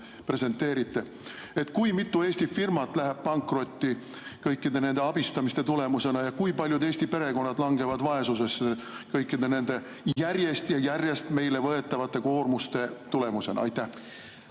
presenteerite. Kui mitu Eesti firmat läheb pankrotti kõikide nende abistamiste tulemusena ja kui paljud Eesti perekonnad langevad vaesusesse kõikide nende järjest ja järjest meile võetavate koormuste tulemusena? Jah,